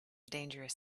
dangerous